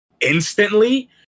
instantly